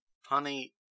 Honey